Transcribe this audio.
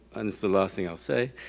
and it's the last thing i'll say,